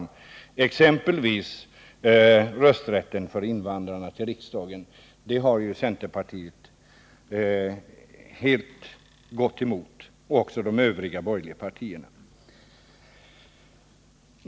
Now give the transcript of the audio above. Det gäller exempelvis rösträtt till riksdagen för invandrare, något som centerpartiet helt gått emot, liksom de övriga borgerliga partierna.